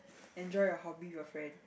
enjoy your hobby with your friend